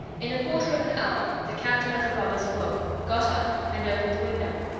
in a quarter of an hour the captain of the robbers awoke, got up, and opened the window.